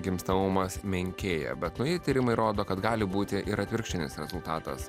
gimstamumas menkėja bet nauji tyrimai rodo kad gali būti ir atvirkštinis rezultatas